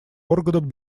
органом